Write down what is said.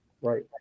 Right